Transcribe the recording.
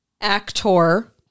actor